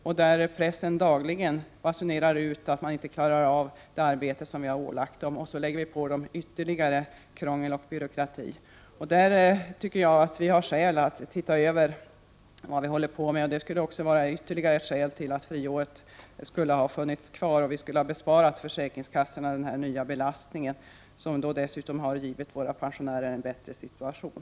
Pressen basunerar dagligen ut att personalen inte klarar av det arbete som vi har ålagt den. Nu inför vi ytterligare krångel och byråkrati. Jag tycker att vi har skäl att tänka över vad vi håller på med. Det är ytterligare ett skäl till att friåret borde ha funnits kvar. Vi skulle då ha besparat försäkringskassorna denna nya belastning, och dessutom skulle pensionärerna ha haft en bättre situation.